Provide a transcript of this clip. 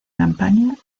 campaña